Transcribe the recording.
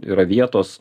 yra vietos